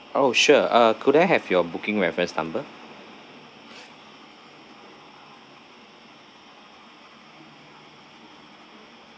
oh sure uh could I have your booking reference number